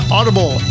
Audible